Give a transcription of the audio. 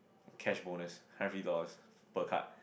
cash bonus five fifty dollars per card